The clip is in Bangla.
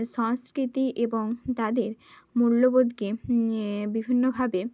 সংস্কৃতি এবং তাদের মূল্যবোধকে এ বিভিন্নভাবে